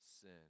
sin